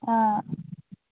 অঁ